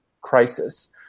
crisis